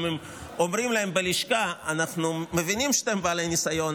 אומרים להם בלשכה: אנחנו מבינים שאתם בעלי ניסיון,